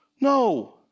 No